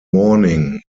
morning